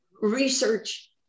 research